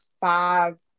five